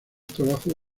trabajo